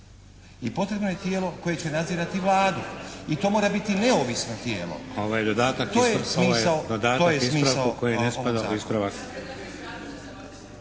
i potrebno je tijelo koje će nadzirati Vladu i to mora biti neovisno tijelo. To je smisao